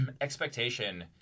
expectation